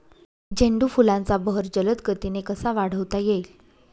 झेंडू फुलांचा बहर जलद गतीने कसा वाढवता येईल?